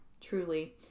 Truly